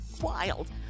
wild